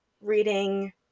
reading